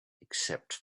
except